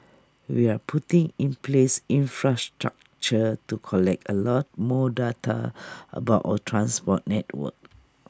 we are putting in place infrastructure to collect A lot more data about our transport network